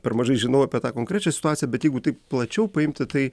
per mažai žinau apie tą konkrečią situaciją bet jeigu taip plačiau paimti tai